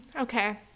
okay